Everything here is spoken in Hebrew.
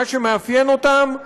שמה שמאפיין אותם זה,